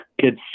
kids